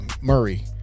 Murray